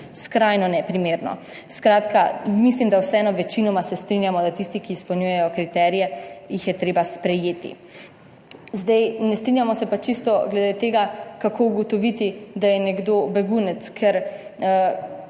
skrajno neprimerno. Skratka mislim, da vseeno večinoma se strinjamo, da tisti, ki izpolnjujejo kriterije jih je treba sprejeti. Zdaj, ne strinjamo se pa čisto glede tega, kako ugotoviti, da je nekdo begunec, ker